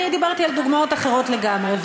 אני דיברתי על דוגמאות אחרות לגמרי.